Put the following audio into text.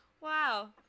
Wow